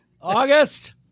August